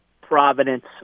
Providence